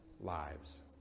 lives